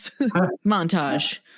montage